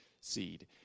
seed